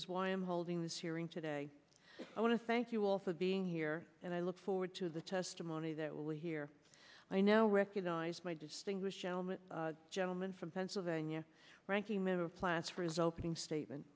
is why i am holding this hearing today i want to thank you also being here and i look forward to the testimony that will here i know recognize my distinguished gentleman gentleman from pennsylvania ranking member plas for his opening statement